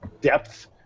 depth